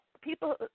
people